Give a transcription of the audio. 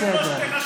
בסדר, אורית.